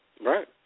Right